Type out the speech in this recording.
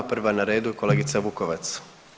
Prva na redu je kolegica Vukovac.